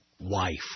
Wife